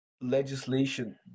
legislation